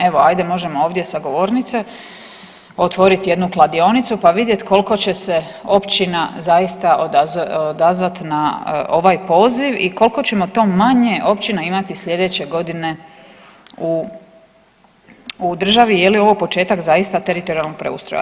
Evo, ajde, možemo ovdje sa govornice otvoriti jednu kladionicu pa vidjeti koliko će se općina zaista odazvati na ovaj poziv i koliko ćemo to manje općina imati sljedeće godine u državi, je li ovo početak, zaista, teritorijalnog preustroja.